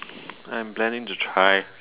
I'm planning to try